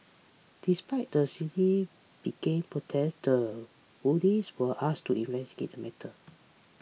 despite the seemingly begin protest the police were asked to investigate the matter